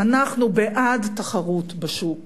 אנחנו בעד תחרות בשוק